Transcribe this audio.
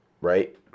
right